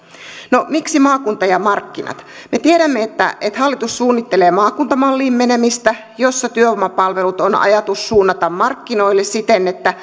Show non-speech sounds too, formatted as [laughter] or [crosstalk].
no miksi maakunta ja markkinat me tiedämme että että hallitus suunnittelee maakuntamalliin menemistä jossa työvoimapalvelut on ajatus suunnata markkinoille siten että [unintelligible]